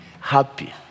happy